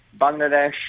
Bangladesh